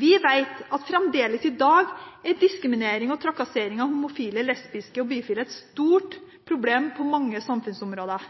Vi vet at fremdeles i dag er diskriminering og trakassering av homofile, lesbiske og bifile et stort problem på mange samfunnsområder.